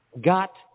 got